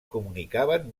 comunicaven